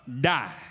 die